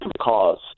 cause